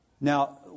Now